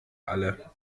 alle